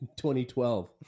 2012